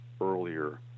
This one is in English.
earlier